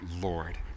Lord